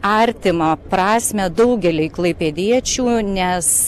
artimą prasmę daugeliui klaipėdiečių nes